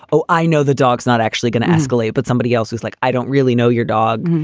oh, i know the dog's not actually going to escalate, but somebody else was like, i don't really know your dog.